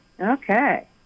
Okay